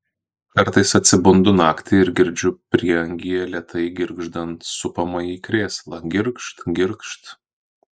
kartais atsibundu naktį ir girdžiu prieangyje lėtai girgždant supamąjį krėslą girgžt girgžt